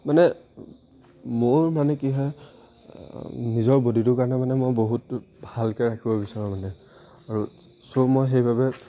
মানে মোৰ মানে কি হয় নিজৰ বডিটোৰ কাৰণে মানে মই বহুত ভালকৈ ৰাখিব বিচাৰোঁ মানে আৰু চ' মই সেইবাবে